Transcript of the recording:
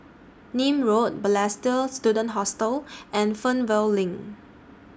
Nim Road Balestier Student Hostel and Fernvale LINK